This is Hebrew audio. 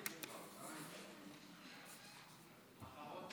שינוי בתנאיה) (הוראת שעה,